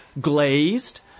glazed